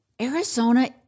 Arizona